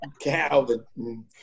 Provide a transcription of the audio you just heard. Calvin